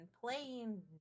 playing